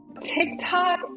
TikTok